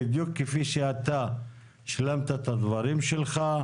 בדיוק כפי שאתה השלמת את הדברים שלך.